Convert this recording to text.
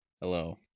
hello